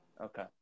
Okay